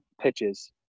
pitches